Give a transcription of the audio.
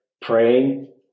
praying